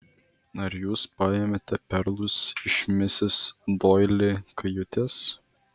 ar jūs paėmėte perlus iš misis doili kajutės